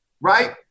right